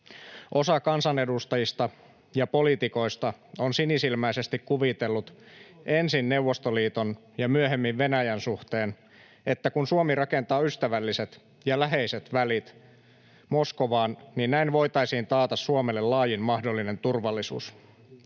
Osa kansanedustajista ja poliitikoista on sinisilmäisesti kuvitellut ensin Neuvostoliiton ja myöhemmin Venäjän suhteen, että kun Suomi rakentaa ystävälliset ja läheiset välit Moskovaan, niin näin voitaisiin taata Suomelle laajin mahdollinen turvallisuus.